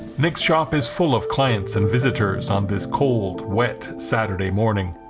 nic's shop is full of clients and visitors on this cold wet saturday morning